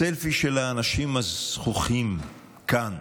הסלפי של האנשים הזחוחים כאן,